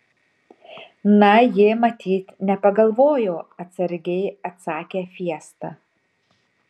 na ji matyt nepagalvojo atsargiai atsakė fiesta